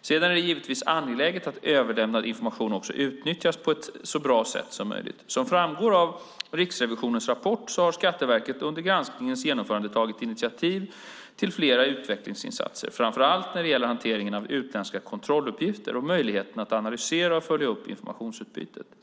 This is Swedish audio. Sedan är det givetvis angeläget att överlämnad information också utnyttjas på ett så bra sätt som möjligt. Som framgår av Riksrevisionens rapport har Skatteverket under granskningens genomförande tagit initiativ till flera utvecklingsinsatser, framför allt när det gäller hanteringen av utländska kontrolluppgifter och möjligheterna att analysera och följa upp informationsutbytet.